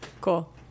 Cool